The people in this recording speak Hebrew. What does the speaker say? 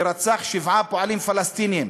שרצח שבעה פועלים פלסטינים,